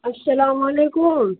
السلام علیکم